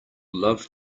love